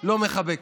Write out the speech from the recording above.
לא מחבקת.